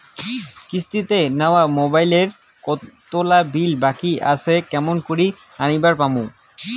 কিস্তিতে নেওয়া মোবাইলের কতোলা বিল বাকি আসে কেমন করি জানিবার পামু?